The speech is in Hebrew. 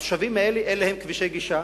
התושבים האלה, אין להם כבישי גישה,